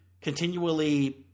continually